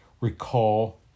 recall